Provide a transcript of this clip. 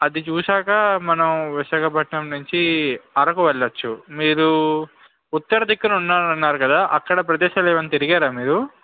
అది చూసాక మనం విశాఖపట్నం నుంచి అరకు వెళ్ళచ్చు మీరు ఉత్తర దిక్కున ఉన్నాను అన్నారు కదా అక్కడ ప్రదేశాలు ఎమైనా తిరిగారా మీరు